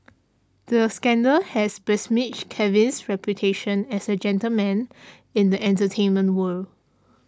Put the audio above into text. the scandal has besmirched Kevin's reputation as a gentleman in the entertainment world